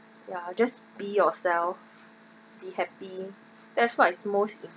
ya just be yourself be happy that's what is most